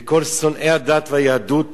וכל שונאי הדת והיהדות